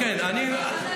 זה ברור, הוא ברח.